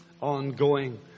ongoing